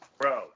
Bro